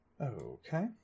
Okay